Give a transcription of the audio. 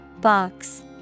Box